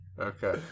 Okay